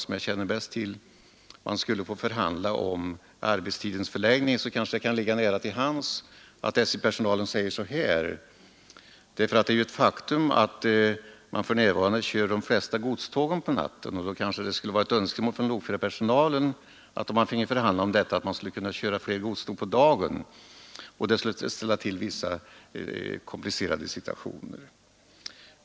Ifall denna personal skulle få förhandla om arbetstidens förläggning kunde det ligga nära till hands att lokförarpersonalen, med tanke på det faktum att de flesta godstågen körs på nätterna, framförde önskemål om att flera godståg skulle köras på dagen, och det skulle naturligtvis skapa vissa komplicerade situationer.